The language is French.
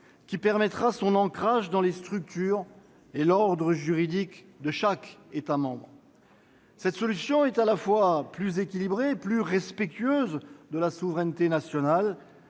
permettra son ancrage dans les structures et l'ordre juridiques de chaque État membre. Cette solution est à la fois plus équilibrée et plus respectueuse de la souveraineté nationale.